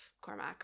Cormac